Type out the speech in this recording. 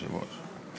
היושב-ראש,